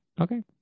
Okay